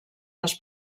les